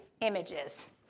images